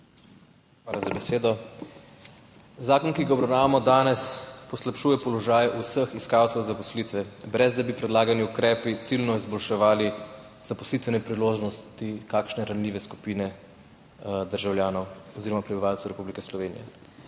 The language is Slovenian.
Hvala za besedo. Zakon, ki ga obravnavamo danes, poslabšuje položaj vseh iskalcev zaposlitve, ne da bi predlagani ukrepi ciljno izboljševali zaposlitvene priložnosti kakšne ranljive skupine državljanov oziroma prebivalcev Republike Slovenije.